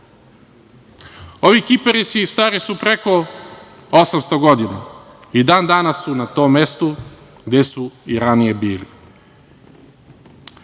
Ovi kiparisi stari su preko 800 godina i dan danas su na tom mestu gde su i ranije bili. Ono